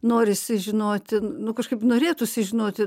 norisi žinoti nu kažkaip norėtųsi žinoti